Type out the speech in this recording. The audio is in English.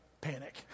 panic